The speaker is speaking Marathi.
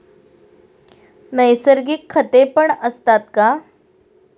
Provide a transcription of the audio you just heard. नैसर्गिक खतेपण असतात का?